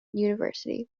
university